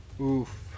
Oof